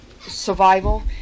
survival